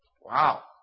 Wow